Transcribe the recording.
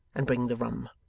and bring the rum.